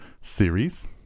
series